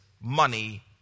money